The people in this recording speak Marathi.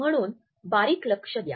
म्हणून बारीक लक्ष द्या